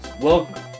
welcome